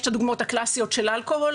יש את הדוגמאות הקלאסיות של אלכוהול,